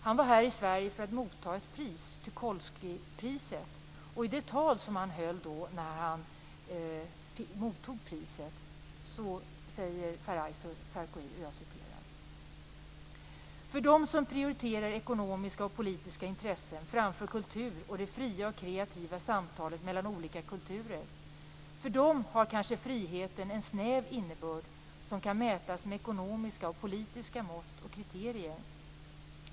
Han var här i Sverige för att ta emot ett pris - Tucholskypriset. I det tal han höll när han mottog priset sade han så här: För dem som prioriterar ekonomiska och politiska intressen framför kultur och det fria och kreativa samtalet mellan olika kulturer har kanske friheten en snäv innebörd som kan mätas med ekonomiska och politiska mått och kriterier.